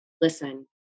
Listen